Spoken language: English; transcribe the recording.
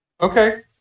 okay